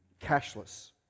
cashless